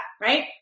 Right